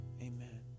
amen